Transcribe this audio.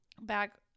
back